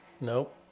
Nope